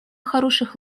хороших